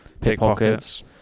pickpockets